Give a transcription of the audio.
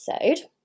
episode